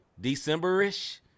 December-ish